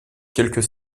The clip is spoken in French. quelques